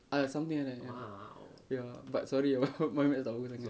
ah something like that ya ya but sorry my math tak bagus sangat